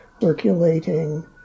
circulating